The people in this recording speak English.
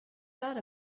thought